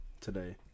today